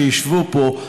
שישבו פה,